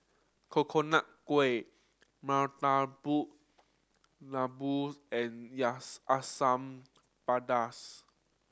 Coconut Kuih Murtabak Lembu and Asam Pedas